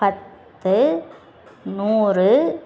பத்து நூறு